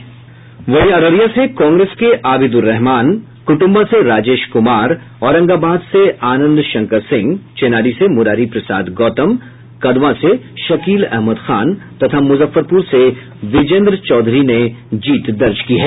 अररिया से कांग्रेस के आबिदुर रहमान कुटुम्बा से राजेश कुमार औरंगाबाद से आनंद शंकर सिंह चेनारी से मुरारी प्रसाद गौतम कदवा से शकील अहमद खान तथा मुजफ्फरपुर से विजेन्द्र चौधरी से जीत दर्ज की है